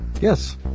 yes